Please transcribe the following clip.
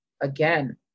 again